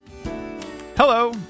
Hello